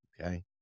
Okay